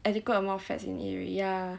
adequate amount of fats in it already ya